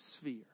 sphere